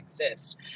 exist